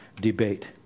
debate